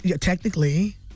Technically